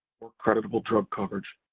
or creditable drug coverage.